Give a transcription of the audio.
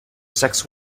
sex